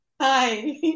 Hi